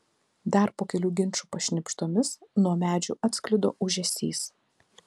dar po kelių ginčų pašnibždomis nuo medžių atsklido ūžesys